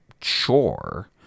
chore